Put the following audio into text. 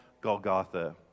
Golgotha